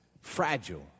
fragile